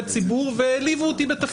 זאת טרוניה לא מוצדקת,